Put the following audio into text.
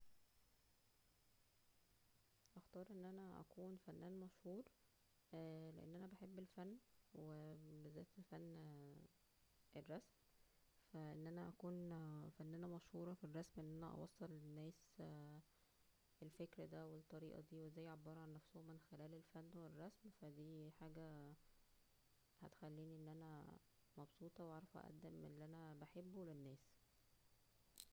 اختار ان انا اكون فنان مشهور لان انا بحب الفن و بذات فن ال - اه الرسم و فا ان انا اكون فنانة مشهورة فى الرسم ان انا اوصل للناس الفكر دا, والطريقى دى وازاى يعبروا عن نفسهم من خلال الفن والرسم وفا دى حاجة هتخلينى ان اننا مبسوطة وعارفه اقدم اللى انا بحبه للناس